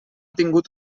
tingut